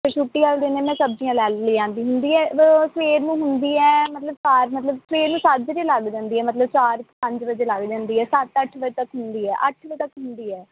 ਅਤੇ ਛੁੱਟੀ ਵਾਲੇ ਦਿਨ ਮੈਂ ਸਬਜ਼ੀਆਂ ਲੈ ਲਈ ਲਿਆਉਂਦੀ ਹੁੰਦੀ ਹੈ ਉਹ ਸਵੇਰ ਨੂੰ ਹੁੰਦੀ ਹੈ ਮਤਲਬ ਪਾ ਮਤਲਬ ਸਵੇਰ ਨੂੰ ਸਾਜਰੇ ਲੱਗ ਜਾਂਦੀ ਆ ਮਤਲਵ ਚਾਰ ਕੁ ਪੰਜ ਵਜੇ ਲੱਗ ਜਾਂਦੀ ਹੈ ਸੱਤ ਅੱਠ ਵਜੇ ਤੱਕ ਹੁੰਦੀ ਹੈ ਅੱਠ ਵਜੇ ਤੱਕ ਹੁੰਦੀ ਹੈ